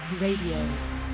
Radio